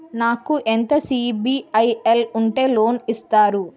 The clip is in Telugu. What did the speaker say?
నాకు ఎంత సిబిఐఎల్ ఉంటే లోన్ ఇస్తారు?